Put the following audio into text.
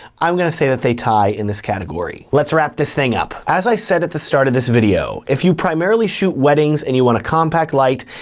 i'm gonna say that they tie in this category. let's wrap this thing up. as i said at the start of this video, if you primarily shoot weddings and you want a compact light,